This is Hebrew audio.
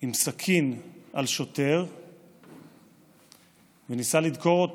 עם סכין על שוטר וניסה לדקור אותו,